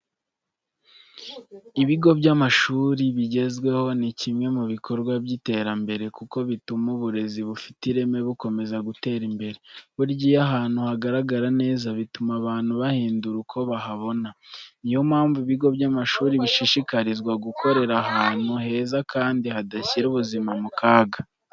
Ibigo by'amashuri bigezweho ni kimwe mu ibikorwa by'iterambere, kuko bituma uburezi bufite ireme bukomeza gutera imbere. Burya iyo ahantu hagaragara neza bituma abantu bahindura uko bahabona. Ni yo mpamvu ibigo by'amashuri bishishikarizwa gukorera ahantu heza kandi hadashyira ubuzima mu kaga.